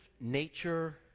nature